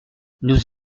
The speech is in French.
nous